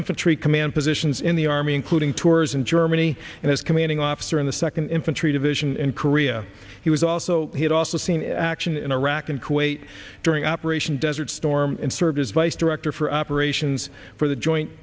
infantry command positions in the army including tours in germany and his commanding officer in the second infantry division in korea he was also he had also seen action in iraq and kuwait during operation desert storm and served as vice director for operations for the joint